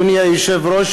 אדוני היושב-ראש,